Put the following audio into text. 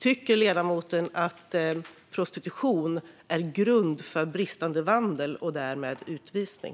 Tycker ledamoten att prostitution ska utgöra grund för bristande vandel och därmed utvisning?